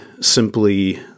simply